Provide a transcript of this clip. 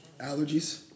allergies